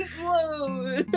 Whoa